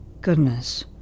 goodness